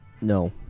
No